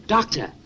Doctor